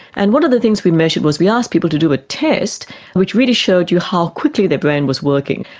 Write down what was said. and one of the things we measured was we asked people to do a test which really showed you how quickly the brain was working.